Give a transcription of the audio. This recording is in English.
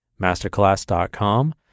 masterclass.com